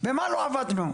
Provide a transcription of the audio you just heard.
במה לא עבדנו?